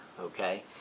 okay